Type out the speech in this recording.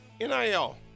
NIL